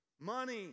money